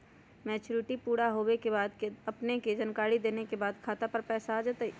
Maturity पुरा होवे के बाद अपने के जानकारी देने के बाद खाता पर पैसा आ जतई?